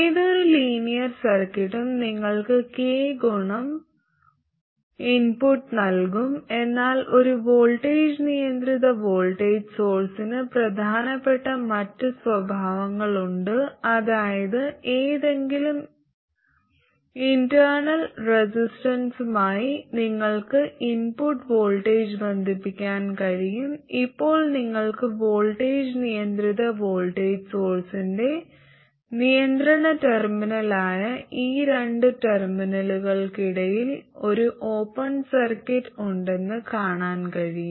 ഏതൊരു ലീനിയർ സർക്യൂട്ടും നിങ്ങൾക്ക് k ഗുണം ഇൻപുട്ട് നൽകും എന്നാൽ ഒരു വോൾട്ടേജ് നിയന്ത്രിത വോൾട്ടേജ് സോഴ്സിന് പ്രധാനപ്പെട്ട മറ്റ് സ്വഭാവഗുണങ്ങളുണ്ട് അതായത് ഏതെങ്കിലും ഇന്റേണൽ റെസിസ്റ്റൻസുമായി നിങ്ങൾക്ക് ഇൻപുട്ട് വോൾട്ടേജ് ബന്ധിപ്പിക്കാൻ കഴിയും ഇപ്പോൾ നിങ്ങൾക്ക് വോൾട്ടേജ് നിയന്ത്രിത വോൾട്ടേജ് സോഴ്സ്ന്റെ നിയന്ത്രണ ടെർമിനലായ ഈ രണ്ട് ടെർമിനലുകൾക്കിടയിൽ ഒരു ഓപ്പൺ സർക്യൂട്ട് ഉണ്ടെന്ന് കാണാൻ കഴിയും